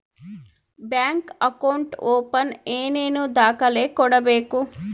Bank account open ಏನೇನು ದಾಖಲೆ ಕೊಡಬೇಕು?